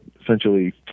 essentially